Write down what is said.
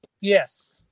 Yes